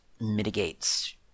mitigates